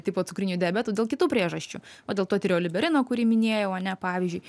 tipo cukriniu diabetu dėl kitų priežasčių o dėl to tirioliberino kurį minėjau ane pavyzdžiui